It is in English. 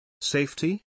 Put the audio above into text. Safety